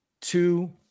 two